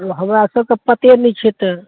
हमरा सबकेँ पते नहि छै तऽ